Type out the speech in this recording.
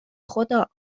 خدا